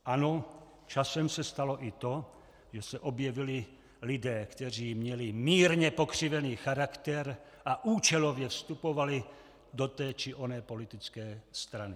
Ano, časem se stalo i to, že se objevili lidé, kteří měli mírně pokřivený charakter a účelově vstupovali do té či oné politické strany.